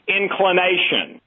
inclination